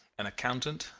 an accountant,